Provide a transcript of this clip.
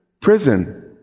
prison